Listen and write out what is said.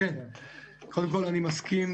קודם כל, אני מסכים